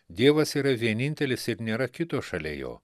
dievas yra vienintelis ir nėra kito šalia jo